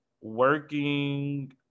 working